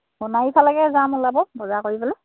সোণাৰিফালেকে যাম ওলাব বজাৰ কৰিবলৈ